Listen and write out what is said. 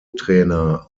trainer